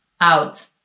Out